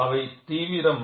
அதுவே தீவிரம்